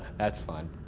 that's fun.